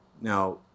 Now